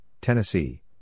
Tennessee